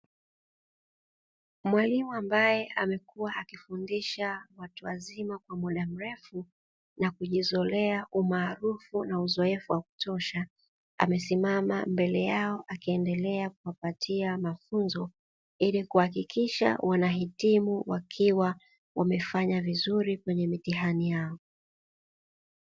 Mwalimu ambaye amekuwa akifundisha watu wazima kwa muda mrefu na kujizolea umaarufu na uzoefu wa kutosha, amesimama mbele yao, akiendelea kuwapatia mafunzo ili kuhakikisha wanahitimu wakiwa wamefanya vizuri kwenye mitihani yao.